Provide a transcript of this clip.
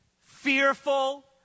fearful